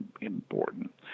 important